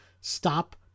stop